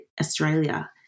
Australia